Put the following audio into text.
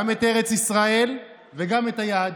גם את ארץ ישראל וגם את היהדות,